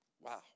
Wow